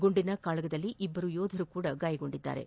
ಗುಂಡಿನ ಕಾಳಗದಲ್ಲಿ ಇಬ್ಬರು ಯೋಧರು ಕೂಡ ಗಾಯಗೊಂಡಿದ್ದಾರೆ